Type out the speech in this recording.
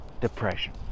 depression